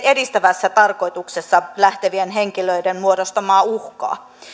edistävässä tarkoituksessa lähtevien henkilöiden muodostamaa uhkaa